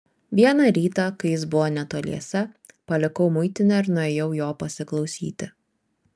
vieną rytą kai jis buvo netoliese palikau muitinę ir nuėjau jo pasiklausyti